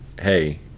hey